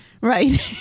Right